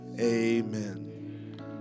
amen